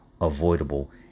avoidable